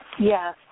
Yes